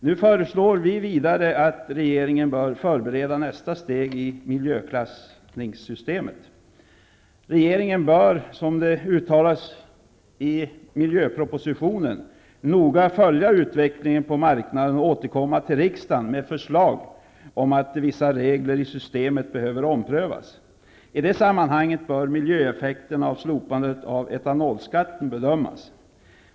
Nu föreslår vi vidare att regeringen bör förbereda nästa steg i miljöklassningssystemet. Regeringen bör, som det uttalas i miljöpropositionen, noga följa utvecklingen på marknaden och återkomma till riksdagen med förslag om att vissa regler i systemet behöver omprövas. I det sammanhanget bör miljöeffekterna av slopandet av etanolskatten bedömas.